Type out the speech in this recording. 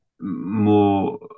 more